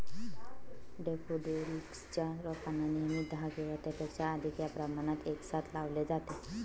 daffodils च्या रोपांना नेहमी दहा किंवा त्यापेक्षा अधिक या प्रमाणात एकसाथ लावले जाते